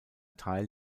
teil